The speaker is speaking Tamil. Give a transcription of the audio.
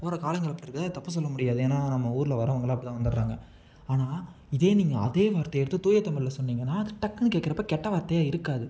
போகிற காலங்கள் அப்படி இருக்குது அது தப்பு சொல்ல முடியாது அது ஏன்னா நம்ம ஊரில் வர்றவங்களாக அப்படிதான் வந்துடுறாங்க ஆனால் இதே நீங்கள் அதே வார்த்தையை எடுத்து தூயத்தமிழ்ல சொன்னிங்கன்னா அது டக்குன்னு கேட்குறப்ப கெட்ட வார்த்தையாக இருக்காது